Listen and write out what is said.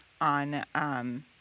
on